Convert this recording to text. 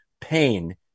PAIN